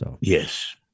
Yes